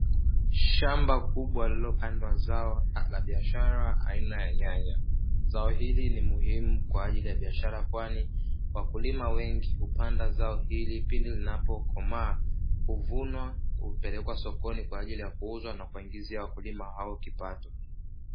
Shamba kubwa lililopandwa zao la biashara aina ya nyanya zao hili ni muhimu kwa ajili ya biashara, kwani wakulima wengi hupanda zao hili pindi linapokomaa huvunwa hupelekwa sokoni kwa ajili ya kuuzwa na kuwaingizia wakulima hao kipato.